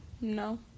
No